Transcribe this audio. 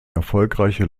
erfolgreiche